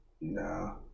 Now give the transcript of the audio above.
No